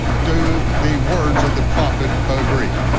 do the words of the prophet agree.